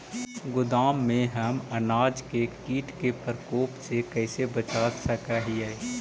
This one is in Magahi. गोदाम में हम अनाज के किट के प्रकोप से कैसे बचा सक हिय?